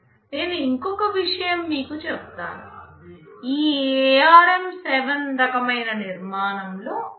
నేను ఇంకొక విషయం మీకు చెప్తాను ఈ ARM7 రకమైన నిర్మాణంలో 3 దశల పైప్లైన్ ఉంటుంది